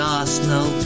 Arsenal